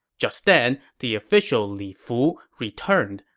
just then, the official li fu returned.